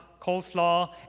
coleslaw